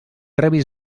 rebis